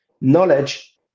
Knowledge